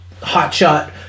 hotshot